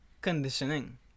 conditioning